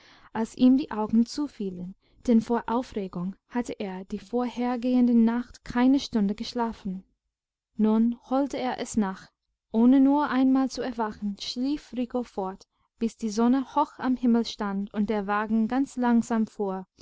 als ihm die augen zufielen denn vor aufregung hatte er die vorhergehende nacht keine stunde geschlafen nun holte er es nach ohne nur einmal zu erwachen schlief rico fort bis die sonne hoch am himmel stand und der wagen ganz langsam fuhr